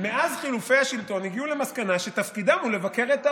מאז חילופי השלטון הגיעו למסקנה שתפקידם הוא לבקר את האופוזיציה.